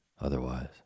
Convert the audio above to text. otherwise